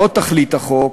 זו לא תכלית החוק,